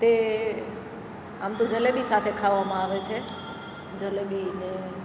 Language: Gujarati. તે આમ તો જલેબી સાથે ખાવામાં આવે છે જલેબી ને